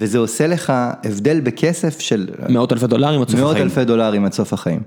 וזה עושה לך הבדל בכסף של מאות אלפי דולרים עד סוף החיים.